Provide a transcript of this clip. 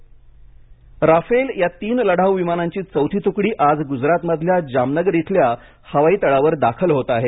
Rafale राफेलच्या तीन लढाऊ विमानांची चौथी तुकडी आज गुजरातमधल्या जामनगर इथल्या हवाई तळावर दाखल होत आहे